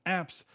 apps